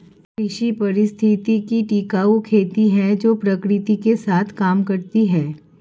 कृषि पारिस्थितिकी टिकाऊ खेती है जो प्रकृति के साथ काम करती है